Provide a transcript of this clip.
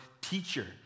teacher